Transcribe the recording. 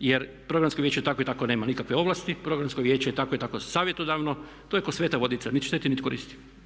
jer Programsko vijeće tako i tako nema i nikakve ovlasti, Programsko vijeće je tako i tako savjetodavno, to je kao sveta vodica koja niti šteti niti koristi.